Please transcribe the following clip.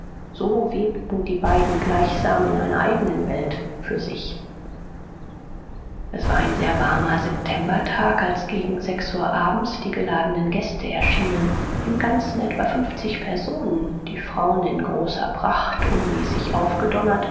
so webten die beiden gleichsam in einer eignen welt für sich es war ein sehr warmer septembertag als gegen sechs uhr abends die geladenen gäste erschienen im ganzen etwa fünfzig personen die frauen in großer pracht unmäßig aufgedonnert